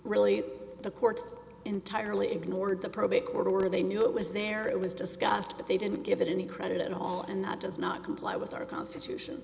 really the court entirely ignored the probate court order they knew it was there it was discussed but they didn't give it any credit at all and that does not comply with our constitution